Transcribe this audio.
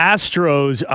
Astros